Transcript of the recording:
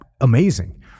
amazing